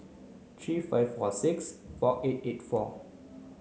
three five four six four eight eight four